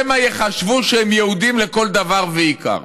שמא יחשבו שהם יהודים לכל דבר ועיקר.